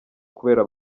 kubera